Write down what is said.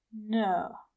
No